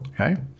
okay